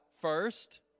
First